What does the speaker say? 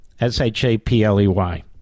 S-H-A-P-L-E-Y